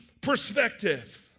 perspective